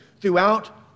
throughout